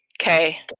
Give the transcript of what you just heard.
okay